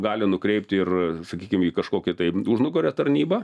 gali nukreipti ir sakykim į kažkokią tai užnugario tarnybą